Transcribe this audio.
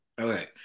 Okay